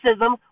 racism